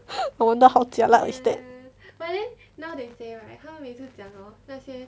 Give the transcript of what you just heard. I wonder how jialat is that